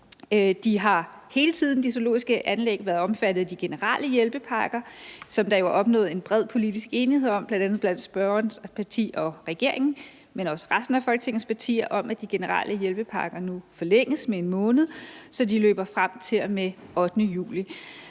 har hele tiden været omfattet af de generelle hjælpepakker, og der er jo opnået en bred politisk enighed, bl.a. blandt spørgerens parti og regeringen, men også resten af Folketingets partier, om, at de generelle hjælpepakker nu forlænges med 1 måned, så de løber frem til og med